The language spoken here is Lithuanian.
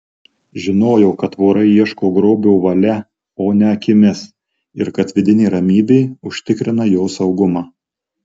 žinojo kad vorai ieško grobio valia o ne akimis ir kad vidinė ramybė užtikrina jo saugumą